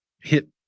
hit